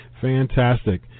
Fantastic